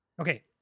Okay